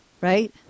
right